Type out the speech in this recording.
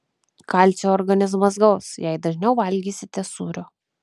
kalcio organizmas gaus jei dažniau valgysite sūrio